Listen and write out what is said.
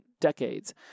decades